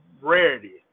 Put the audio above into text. rarity